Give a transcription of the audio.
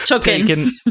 taken